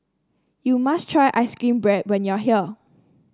you must try ice cream bread when you are here